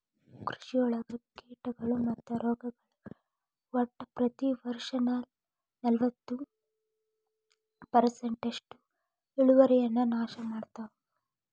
ಕೃಷಿಯೊಳಗ ಕೇಟಗಳು ಮತ್ತು ರೋಗಗಳು ಒಟ್ಟ ಪ್ರತಿ ವರ್ಷನಲವತ್ತು ಪರ್ಸೆಂಟ್ನಷ್ಟು ಇಳುವರಿಯನ್ನ ನಾಶ ಮಾಡ್ತಾವ